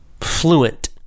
fluent